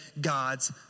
God's